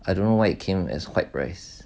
I don't know why it came as white rice